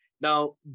Now